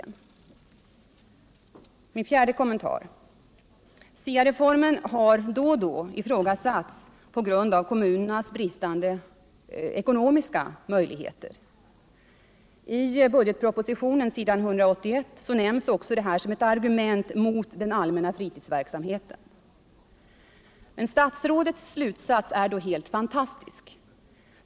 För det färde har SIA-reformen då och då ifrågasatts på grund av kommunernas bristande ekonomiska möjligheter. I budgetpropositionen, s. 181, nämns också detta som ett argument mot den allmänna fritidsverksamheten. Men statsrådets slutsats är då helt fantastisk.